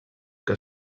que